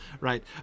right